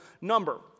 number